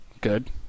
Good